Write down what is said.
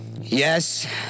yes